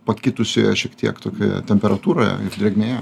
pakitusioje šiek tiek tokioje temperatūroje ir drėgmėje